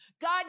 God